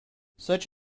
such